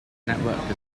network